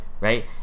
right